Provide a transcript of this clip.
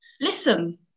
Listen